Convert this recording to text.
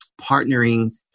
partnering